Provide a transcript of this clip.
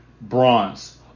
bronze